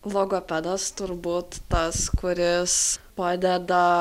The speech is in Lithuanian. logopedas turbūt tas kuris padeda